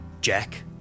Jack